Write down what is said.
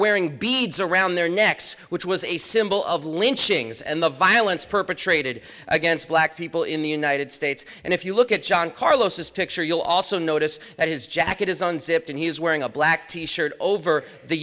beads around their necks which was a symbol of lynchings and the violence perpetrated against black people in the united states and if you look at john carlos this picture you'll also notice that his jacket is on zipped and he was wearing a black t shirt over the